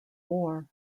war